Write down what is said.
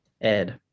Ed